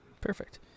perfect